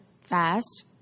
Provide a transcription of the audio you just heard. fast